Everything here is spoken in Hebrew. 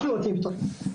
אנחנו נותנים את השירות,